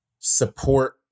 support